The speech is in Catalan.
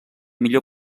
millor